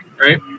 Right